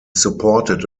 supported